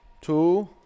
two